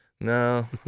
no